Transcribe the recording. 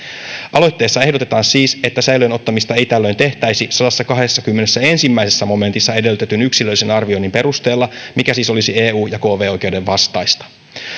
aloitteessa ehdotetaan siis että säilöön ottamista ei tällöin tehtäisi sadannessakahdennessakymmenennessäensimmäisessä momentissa edellytetyn yksilöllisen arvioinnin perusteella mikä siis olisi eu ja kv oikeuden vastaista